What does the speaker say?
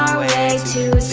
way to